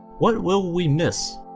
what will we miss?